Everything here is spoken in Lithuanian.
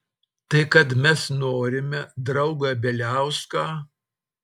tai kad mes norime draugą bieliauską